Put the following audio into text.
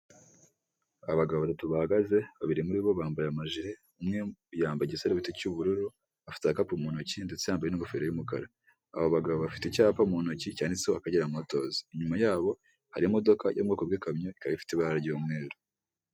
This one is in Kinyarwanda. Icyumba cy'inama gifite ibikuta biririko irangi ry'ikijuju n'umweru, ririmo abantu batatu abagabo babiri n'umugore umwe, bicaye ku ntebe z'ibyuma z'ikijuju imbere yabo hari ameza ariho igitambaro cy'umweru n'icy'igitenge, giteretseho amacupa y'amazi ibitabo na telefoni.